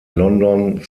london